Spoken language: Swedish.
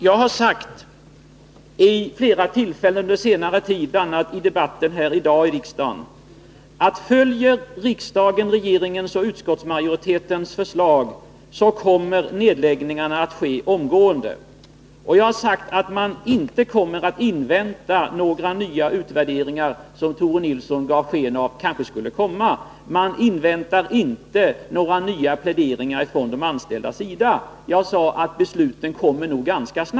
Jag har vid flera tillfällen på senare tid och även i debatten här i dag sagt att följer riksdagen regeringens och utskottsmajoritetens förslag kommer nedläggningarna att ske omgående. Man kommer inte att invänta några nya utvärderingar — Tore Nilsson gav sken av att sådana kanske skulle komma. Man inväntar inte några nya pläderingar från de anställda.